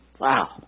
Wow